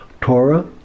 Torah